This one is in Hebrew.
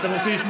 ממתי?